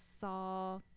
saw